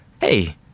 hey